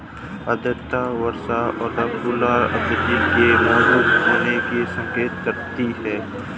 आर्द्रता वर्षा और कुहासा इत्यादि के मौजूद होने का संकेत करती है